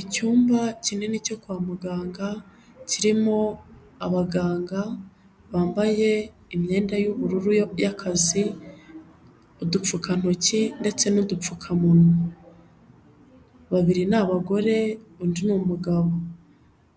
Icyumba kinini cyo kwa muganga kirimo abaganga bambaye imyenda y'ubururu y'akazi, udupfukantoki ndetse n'udupfukamu, babiri ni abagore undi ni umugabo,